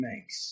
makes